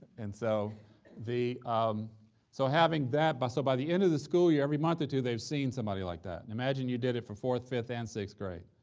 and so the um so having that but so by the end of the school year, every month or two, they've seen somebody like that, and imagine you did it for fourth, fifth, and sixth grade.